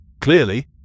Clearly